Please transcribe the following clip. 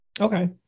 Okay